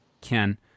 Ken